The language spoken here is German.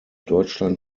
deutschland